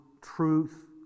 truth